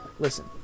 Listen